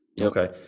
okay